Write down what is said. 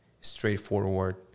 straightforward